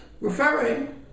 referring